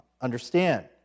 understand